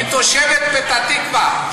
היא תושבת פתח-תקווה.